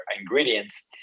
ingredients